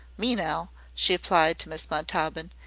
me now, she applied to miss montaubyn,